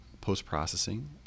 post-processing